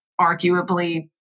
arguably